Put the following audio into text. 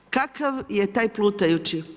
Kakav je taj plutajući?